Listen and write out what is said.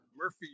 Murphy